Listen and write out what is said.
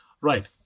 Right